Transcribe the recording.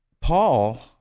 Paul